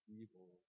evil